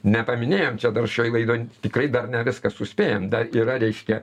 nepaminėjom čia dar šioj laidoj tikrai dar ne viską suspėjom dar yra reiškia